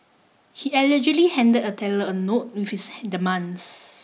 he allegedly handed the teller a note with his demands